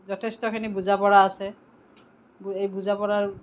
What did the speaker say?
যথেষ্টখিনি বুজা পৰা আছে এই বুজা পৰাৰ